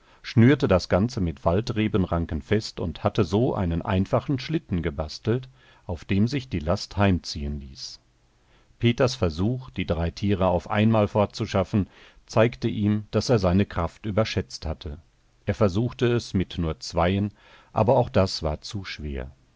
schnürte das ganze mit waldrebenranken fest und hatte so einen einfachen schlitten gebastelt auf dem sich die last heimziehen ließ peters versuch die drei tiere auf einmal fortzuschaffen zeigte ihm daß er seine kraft überschätzt hatte er versuchte es mit nur zweien aber auch das war zu schwer